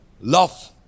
love